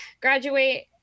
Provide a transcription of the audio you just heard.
graduate